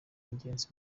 ingenzi